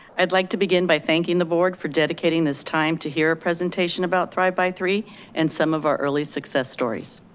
i'd like to begin by thanking the board for dedicating this time to hear a presentation about thrive by three and some of our early success stories.